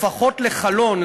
לפחות לחלון,